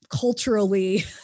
culturally